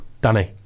Danny